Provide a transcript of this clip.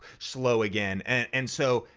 slow again. and and so,